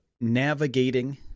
navigating